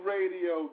Radio